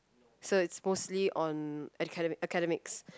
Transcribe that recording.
so it's mostly on acade~ academics